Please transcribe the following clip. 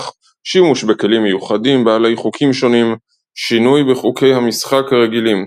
שימוש בכלים מיוחדים בעלי חוקים שונים שינוי בחוקי המשחק הרגילים.